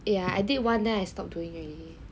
ya then I did once then I stop doing already